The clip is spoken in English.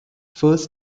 first